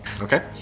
Okay